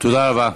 תודה רבה.